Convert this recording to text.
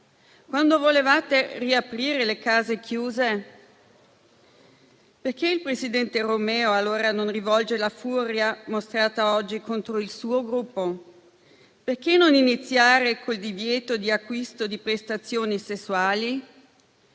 quando volevate riaprire le case chiuse? Perché il presidente Romeo, allora, non rivolge la furia mostrata oggi contro il suo Gruppo? Perché non iniziare con il divieto di acquisto di prestazioni sessuali?